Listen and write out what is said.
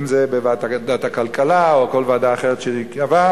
אם בוועדת הכלכלה או בכל ועדה אחרת שתיקבע,